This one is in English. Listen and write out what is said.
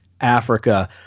Africa